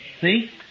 See